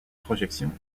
projections